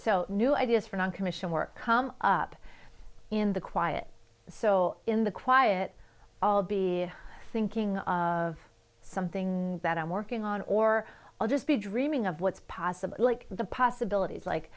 so new ideas for noncommissioned work come up in the quiet so in the quiet albeit thinking of something that i'm working on or i'll just be dreaming of what's possible like the possibilities like